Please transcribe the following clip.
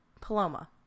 Paloma